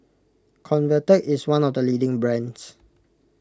Convatec is one of the leading brands